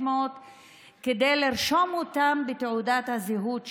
כדי לרשום אותן בתעודת הזהות שלו,